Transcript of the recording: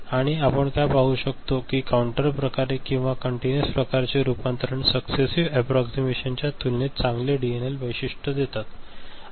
आणि आपण काय पाहू शकतो की काउंटर प्रकार किंवा कंटिन्यूअस प्रकारचे रूपांतरण सक्सेसिव एप्प्प्रॉक्सिमेशनच्या तुलनेत चांगले डीएनएल वैशिष्ट्ये देतात